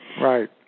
Right